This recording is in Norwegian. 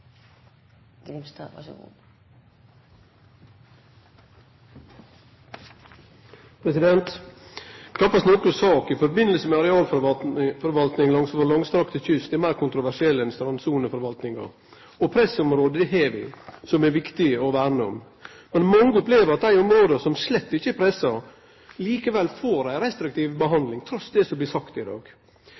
meir kontroversiell enn strandsoneforvaltninga. Vi har pressområde som det er verdt å verne om. Men mange opplever at dei områda som slett ikkje er pressa, likevel får ei restriktiv behandling trass i det som blir sagt i dag.